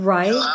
Right